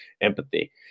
empathy